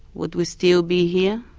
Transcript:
what will still be here?